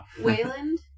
Wayland